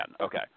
Okay